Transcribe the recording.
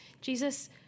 Jesus